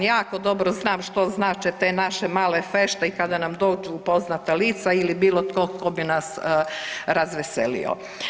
Jako dobro znam što znače te naše male fešte i kada nam dođu poznata lica ili bilo tko tko bi nas razveselio.